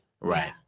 right